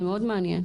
זה מאוד מעניין.